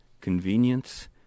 convenience